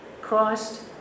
Christ